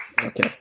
Okay